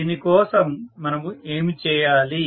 దీని కోసం మనము ఏమి చేయాలి